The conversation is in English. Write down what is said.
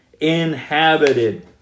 inhabited